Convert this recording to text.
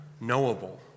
knowable